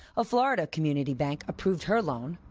a florida community bank approved her loan.